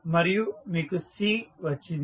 మరియు మీకు C వచ్చింది